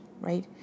right